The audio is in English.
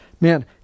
Man